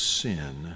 sin